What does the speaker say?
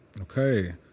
Okay